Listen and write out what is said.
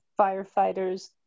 firefighters